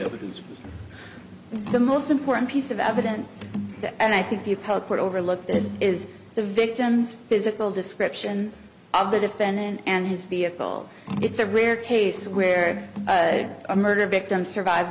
of the most important piece of evidence and i think the public would overlook this is the victim's physical description of the defendant and his vehicle it's a rare case where a murder victim survive